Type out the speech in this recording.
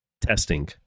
testing